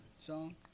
song